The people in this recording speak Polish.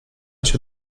się